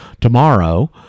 tomorrow